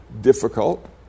difficult